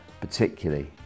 particularly